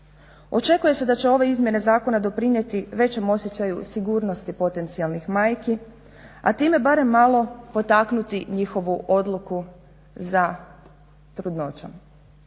Očekuje se da će ove izmjene zakona doprinijeti većem osjećaju sigurnosti potencijalnih majki, a time barem malo potaknuti njihovu odluku za trudnoćom.